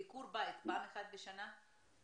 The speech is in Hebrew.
אנחנו --- ביקור בית פעם אחת בשנה ל-54,000?